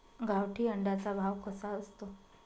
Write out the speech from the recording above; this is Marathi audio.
गावठी अंड्याचा भाव कसा असतो?